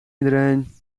iedereen